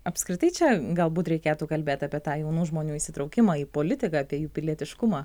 apskritai čia galbūt reikėtų kalbėti apie tą jaunų žmonių įsitraukimą į politiką apie jų pilietiškumą